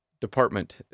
department